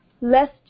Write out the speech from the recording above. lest